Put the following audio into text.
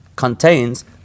Contains